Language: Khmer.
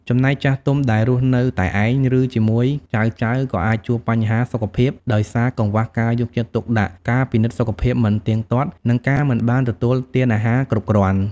ចំណែកចាស់ទុំដែលរស់នៅតែឯង ឬជាមួយចៅៗក៏អាចជួបបញ្ហាសុខភាពដោយសារកង្វះការយកចិត្តទុកដាក់ ការពិនិត្យសុខភាពមិនទៀងទាត់ និងការមិនបានទទួលទានអាហារគ្រប់គ្រាន់។